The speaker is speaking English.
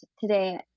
today